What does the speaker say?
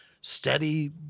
steady